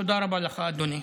תודה רבה לך, אדוני.